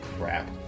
crap